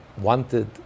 wanted